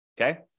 Okay